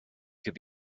could